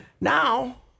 Now